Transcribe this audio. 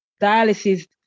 dialysis